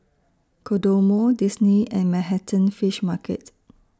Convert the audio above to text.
Kodomo Disney and Manhattan Fish Market